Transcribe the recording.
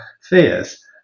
fears